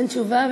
אין תשובה.